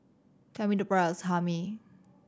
tell me the price of Hae Mee